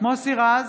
מוסי רז,